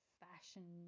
fashion